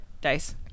dice